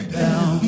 down